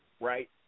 right